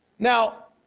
now,